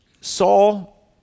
Saul